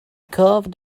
carved